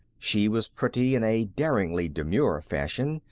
she was pretty in a daringly demure fashion,